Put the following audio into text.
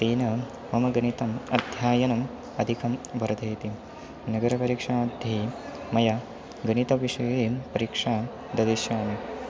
तेन मम गणितम् अध्ययनम् अधिकं वर्धयति नगरपरीक्षामध्ये मया गणितविषये परीक्षा ददिश्यामि